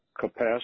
capacity